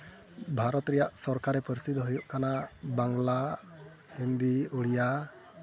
ᱵᱷᱟᱨᱚᱛ ᱨᱮᱭᱟᱜ ᱥᱚᱨᱠᱟᱨᱤ ᱯᱟᱹᱨᱥᱤ ᱫᱚ ᱦᱳᱭᱳᱜ ᱠᱟᱱᱟ ᱵᱟᱝᱞᱟ ᱦᱤᱱᱫᱤ ᱩᱲᱤᱭᱟ